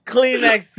Kleenex